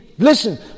Listen